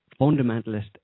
fundamentalist